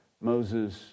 Moses